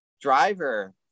driver